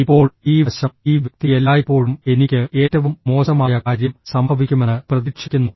ഇപ്പോൾ ഈ വശം ഈ വ്യക്തി എല്ലായ്പ്പോഴും എനിക്ക് ഏറ്റവും മോശമായ കാര്യം സംഭവിക്കുമെന്ന് പ്രതീക്ഷിക്കുന്നു